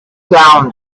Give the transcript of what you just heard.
down